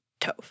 Tove